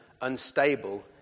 unstable